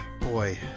Boy